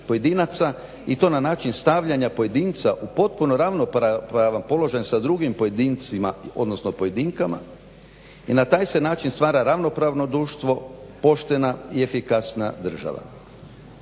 i to na način stavljanja pojedinca u potpuno ravnopravan položaj sa drugim pojedincima odnosno pojedinkama i na taj se način stvara ravnopravno društvo, poštena i efikasna država.